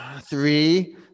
Three